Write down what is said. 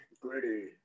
gritty